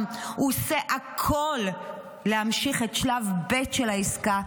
הוא עושה הכול להמשיך את שלב ב' של העסקה,